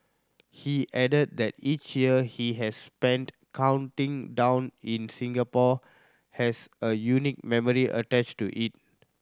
he added that each year he has spent counting down in Singapore has a unique memory attached to it